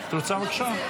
רוצה, בבקשה.